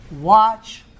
Watch